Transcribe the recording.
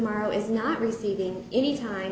tomorrow is not receiving any time